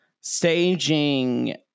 staging